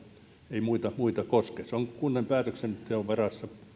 ei muita muita koske tämä asia on kunnan päätöksenteon varassa